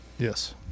Yes